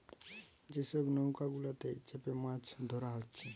যে সব নৌকা গুলাতে চেপে মাছ ধোরা হচ্ছে